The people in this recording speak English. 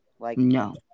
No